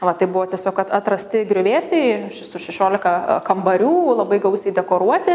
va tai buvo tiesiog atrasti griuvėsiai šešiolika kambarių labai gausiai dekoruoti